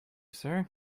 sir